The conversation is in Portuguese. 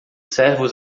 servos